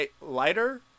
lighter